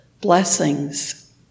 blessings